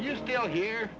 you still here